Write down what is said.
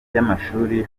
by’amashuri